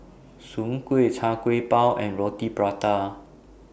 Soon Kueh Char Siew Bao and Roti Prata